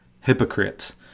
hypocrites